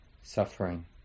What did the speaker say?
suffering